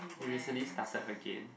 you recently started again